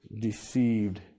deceived